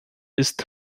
ist